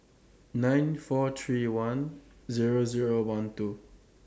nine four three one Zero Zero one two